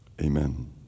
Amen